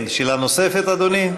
כן, שאלה נוספת, אדוני?